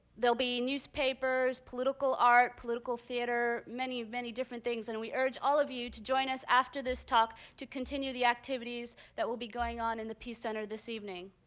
there'll be newspapers, political art, political theater, many, many things. and we urge all of you to join us after this talk to continue the activities that will be going on in the peace center this evening.